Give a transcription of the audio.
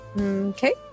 Okay